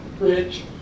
Bridge